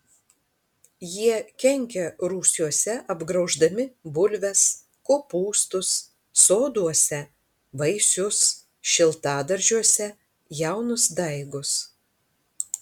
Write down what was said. jie kenkia rūsiuose apgrauždami bulves kopūstus soduose vaisius šiltadaržiuose jaunus daigus